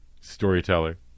storyteller